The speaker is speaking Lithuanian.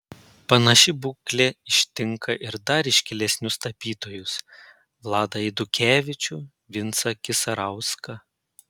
panaši būklė ištinka ir dar iškilesnius tapytojus vladą eidukevičių vincą kisarauską